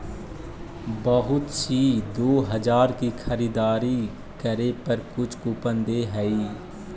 बहुत सी दो हजार की खरीदारी करे पर कुछ कूपन दे हई